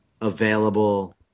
available